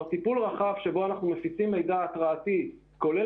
טיפול רחב שבו אנחנו מפיצים מידע התראי כולל